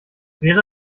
wäre